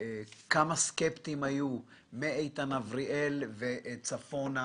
כמה סקפטיים היו - מאיתן אבריאל וצפונה.